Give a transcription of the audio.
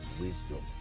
wisdom